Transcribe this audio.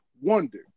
wonder